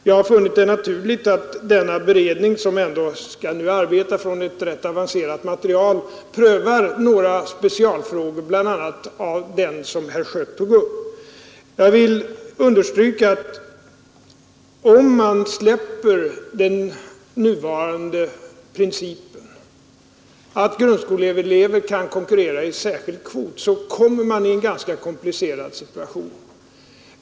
Jag har funnit det naturligt att denna beredning, som ändå nu skall arbeta med utgångspunkt i rätt avancerat material, prövar några speciella frågor, bl.a. den som herr Schött tog upp. Jag vill understryka att om man släpper den nuvarande principen att grundskoleelever kan konkurrera i särskild kvot så kommer man i en ganska komplicerad situation.